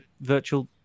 virtual